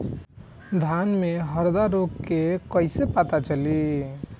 धान में हरदा रोग के कैसे पता चली?